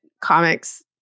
comics